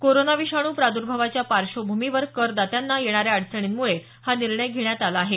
corona विषाणू प्रादर्भावाच्या पार्श्वभूमीवर करदात्यांना येणाऱ्या अडचणीमुळे हा निर्णय घेण्यात आला आहे